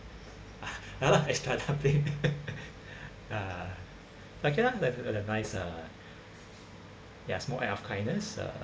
ya lah extra dumplings uh okay [la] like a uh ya small act of kindness uh